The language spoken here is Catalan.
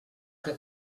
que